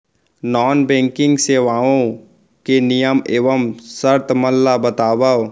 non banking सेवाओं के नियम एवं शर्त मन ला बतावव